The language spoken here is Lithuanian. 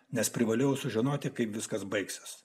nes privalėjau sužinoti kaip viskas baigsis